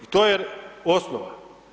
I to je osnova.